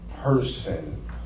person